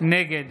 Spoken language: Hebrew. נגד